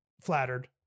flattered